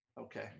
Okay